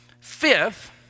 Fifth